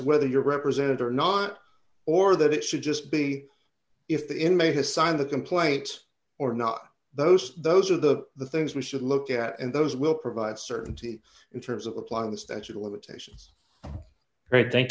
whether you're a representative or not or that it should just be if the inmate has signed a complaint or not those those are the the things we should look at and those will provide certainty in terms of applying the statute of limitations right thank